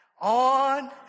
on